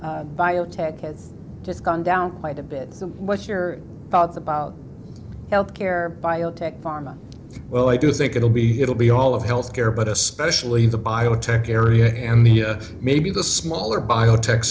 you biotech has just gone down quite a bit so what's your thoughts about healthcare biotech pharma well i do think it'll be it'll be all of healthcare but especially in the biotech area and the maybe the smaller biotech